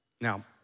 Now